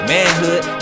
Manhood